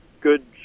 good